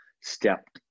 step